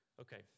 Okay